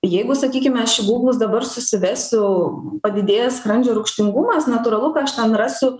jeigu sakykime aš į gūglus dabar susivesiu padidėjęs skrandžio rūgštingumas natūralu kad aš ten rasiu